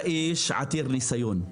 אתה איש עתיר ניסיון,